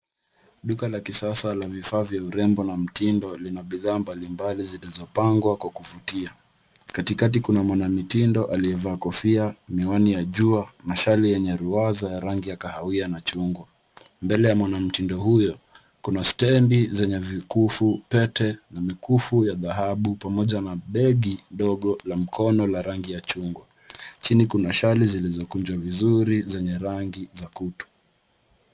Duka la kisasa la vifaa vya urembo na mtindo lina bidhaa mbalimbali zilizopangwa kwa kuvutia. Katikati kuna mwanamitindo aliyevaa kofia, miwani ya jua na shali yenye ruwaza ya rangi ya kahawia na chungwa. Mbele ya mwanamtindo huyo kuna stendi zenye vikufu, pete na mikufu ya dhahabu pamoja na begi dogo la mkono la rangi ya chungwa. Chini kuna shali zilizokunjwa vizuri zenye rangi za kutu.